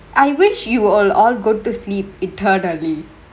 I wish you will all go to sleep eternally